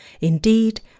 Indeed